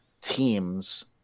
teams